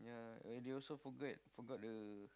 they also forget forgot the